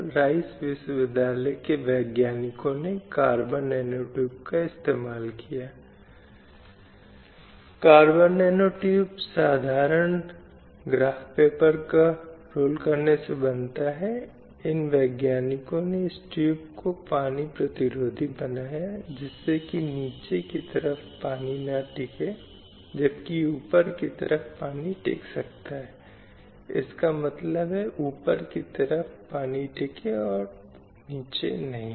तो इसलिए विभिन्न संस्थागत निकायों से जो उनकी महिलाएं हैं जिन महिलाओं को बाहर रखा गया है जो उनकी निर्णय लेने की प्रक्रिया है उन्हें इसका एक हिस्सा होना चाहिए और उन्हें उस प्रणाली में एकीकृत किया जाना चाहिए जिससे मौजूदा अन्याय में मौजूद असमानता में मौजूद भेदभावपूर्ण व्यवहार हो सकता है दूर किया जा सके इसलिए लैँगिक न्याय एक प्रकार की धारणा है जो वर्तमान समय में विकसित हुई है